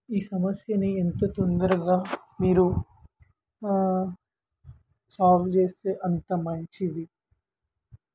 ఈ సమస్యని ఎంత తొందరగా మీరు సాల్వ్ చేస్తే అంత మంచిది